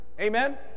Amen